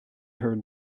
her